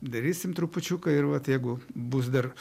darysim trupučiuką ir vat jeigu bus dar